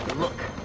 look.